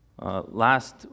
last